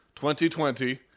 2020